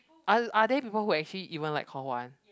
are are there people who actually even like hall one